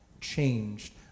changed